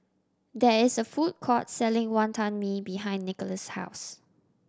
there is a food court selling Wonton Mee behind Nickolas' house